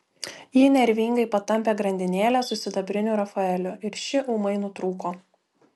ji nervingai patampė grandinėlę su sidabriniu rafaeliu ir ši ūmai nutrūko